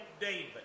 David